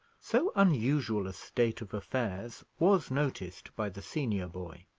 so unusual a state of affairs was noticed by the senior boy.